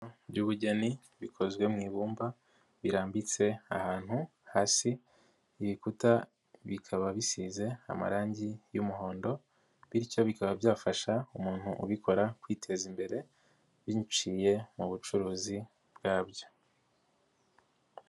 By'ubugeni bikozwe mu ibumba birambitse ahantu hasi ibikuta bikaba bisize amarangi y'umuhondo bityo bikaba byafasha umuntu ubikora kwiteza imbere biciye mu bucuruzi bwabyo.